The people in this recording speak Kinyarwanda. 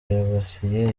yibasiye